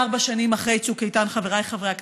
ארבע שנים אחרי צוק איתן, חבריי חברי הכנסת,